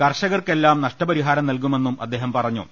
കർഷകർക്കെല്ലാം നഷ്ടപരിഹാരം നൽകുമെന്നും അദ്ദേഹം പറ ഞ്ഞു